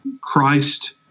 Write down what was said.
Christ